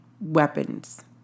weapons